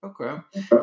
Okay